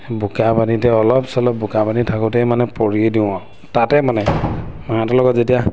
বোকা পানীতে অলপ চলপ বোকা পানী থাকোঁতে মানে পৰিয়ে দিওঁ আৰু তাতে মানে মাহঁতৰ লগত যেতিয়া